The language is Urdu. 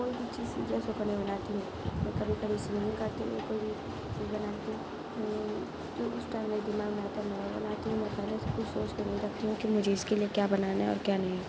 کوئی بھی چیز جیسے اڑاتی ہوں میں کبھی کبھی سویمینگ کرتی ہوں کبھی وہ بناتی ہوں ہوں جو اس ٹائم میرے دماغ میں آتا ہے میں وہ بناتی ہوں میں پہلے سے کچھ سوچ کے نہیں رکھتی ہوں کہ مجھے اس کے لیے کیا بنانے ہیں اور کیا نہیں